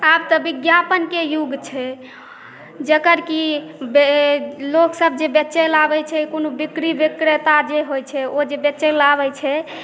आब तऽ विज्ञापनके युग छै जकर कि बे लोकसब जे बेचै लए आबै छै कोनो बिक्री बिक्रेता जे होइ छै से बेचय लए आबै छै